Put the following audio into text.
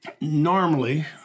normally